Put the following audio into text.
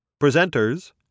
Presenters